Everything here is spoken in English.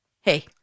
Hey